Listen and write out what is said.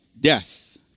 death